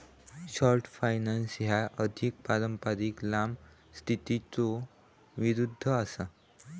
short finance ह्या अधिक पारंपारिक लांब स्थितीच्यो विरुद्ध असा